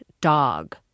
Dog